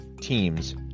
teams